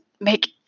make